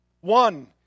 One